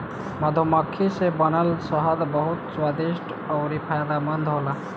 मधुमक्खी से बनल शहद बहुत स्वादिष्ट अउरी फायदामंद होला